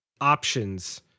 options